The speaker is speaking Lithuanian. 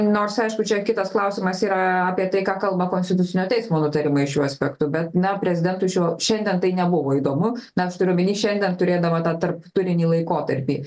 nors aišku čia kitas klausimas yra apie tai ką kalba konstitucinio teismo nutarimai šiuo aspektu bet na prezidentui šiuo šiandien tai nebuvo įdomu nes aš turiu omeny šiandien turėdama tarp turinį laikotarpį